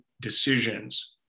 decisions